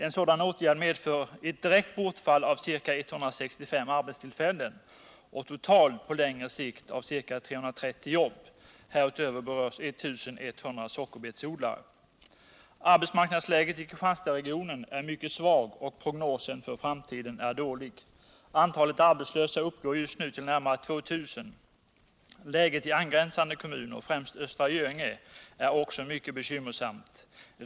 En sådan åtgärd medför ett direkt bortfall av 165 arbetstillfällen och totalt på längre sikt av 330 jobb. Härutöver berörs 1 100 sockerbetsodlare. Arbetsmarknadsläget i Kristianstadsregionen är mycket svårt, och prognosen för framtiden är dålig. Antalet arbetslösa uppgår just nu till närmare Om åtgärder för att rädda driften 2 000. Läget i angränsande kommuner, främst Östra Göinge, är också mycket bekymmersamt.